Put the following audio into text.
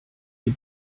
die